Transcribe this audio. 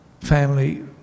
family